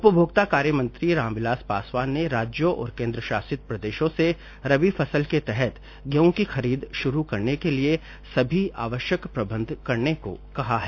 उपभोक्ता कार्यमंत्री रामविलास पासवान ने राज्यों और केन्द्रशासित प्रदेशों से रबी फसल के तहत गेहूं की खरीद शुरू करने के लिए सभी आवश्यक प्रबंध करने को कहा है